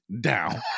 down